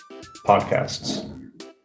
podcasts